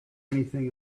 anything